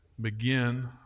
begin